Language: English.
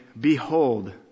Behold